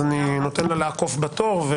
אז אני נותן לך לעקוף בתור.